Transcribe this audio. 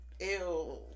Ew